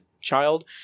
child